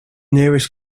nearest